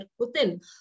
Putin